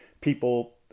people